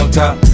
top